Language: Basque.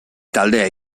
talde